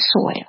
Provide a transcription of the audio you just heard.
soil